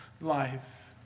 life